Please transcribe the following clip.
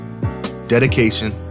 dedication